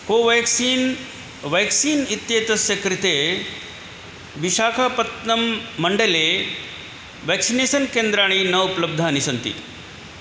Covaxin vaccine इत्येतस्य कृते विशाखपत्त्नं मण्डले व्याक्सिनेसन् केन्द्राणि न उपलब्धानि सन्ति